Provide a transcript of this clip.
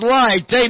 light